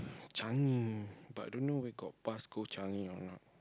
Changi but don't know where got bus go Changi or not